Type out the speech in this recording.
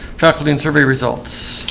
faculty and survey results